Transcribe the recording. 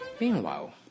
Meanwhile